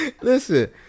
Listen